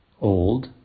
old